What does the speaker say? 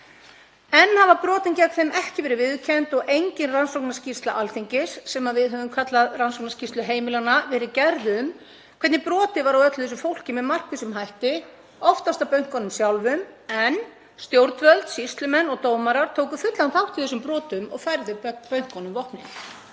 þá hafa brotin gegn þeim ekki verið viðurkennd og engin rannsóknarskýrsla Alþingis, sem við höfum kallað rannsóknarskýrslu heimilanna, verið gerð um hvernig brotið var á öllu þessu fólki með markvissum hætti, oftast af bönkunum sjálfum, en stjórnvöld, sýslumenn og dómarar tóku fullan þátt í þessum brotum og færðu bönkunum vopnin.